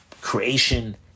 creation